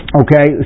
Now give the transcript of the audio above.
okay